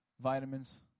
vitamins